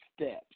steps